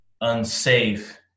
unsafe